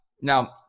Now